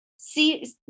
see